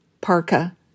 Parka